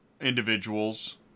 individuals